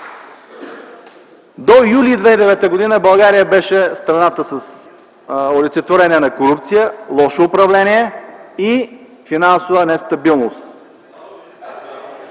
м. юли 2009 г. България беше страната, олицетворение на корупция, лошо управление и финансова нестабилност.